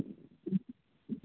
तीन हेतै तहन ने